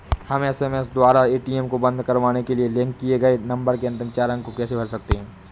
हम एस.एम.एस द्वारा ए.टी.एम को बंद करवाने के लिए लिंक किए गए नंबर के अंतिम चार अंक को कैसे भर सकते हैं?